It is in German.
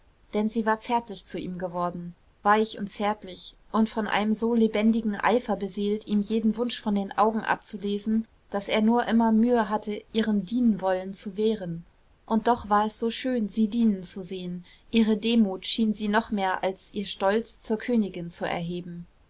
denn sie war zärtlich zu ihm geworden weich und zärtlich und von einem so lebendigen eifer beseelt ihm jeden wunsch von den augen abzulesen daß er nur immer mühe hatte ihrem dienenwollen zu wehren und doch war es so schön sie dienen zu sehen ihre demut schien sie noch mehr als ihr stolz zur königin zu erheben